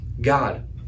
god